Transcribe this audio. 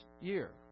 year